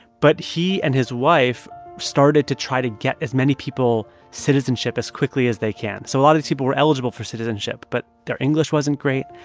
but he and his wife started to try to get as many people citizenship as quickly as they can. so a lot of these people were eligible for citizenship, but their english wasn't great.